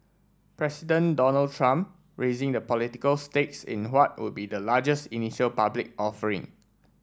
President Donald Trump raising the political stakes in what would be the largest initial public offering